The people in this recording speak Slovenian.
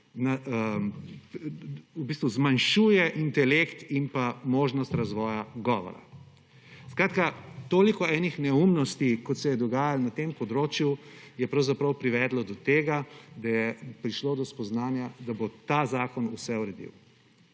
zmanjšuje intelekt in možnost razvoja govora. Skratka, toliko enih neumnosti, kot se je dogajalo na tem področju, je pravzaprav privedlo do tega, da je prišlo do spoznanja, da bo ta zakon vse uredil.